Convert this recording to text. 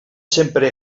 sempre